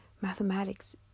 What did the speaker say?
Mathematics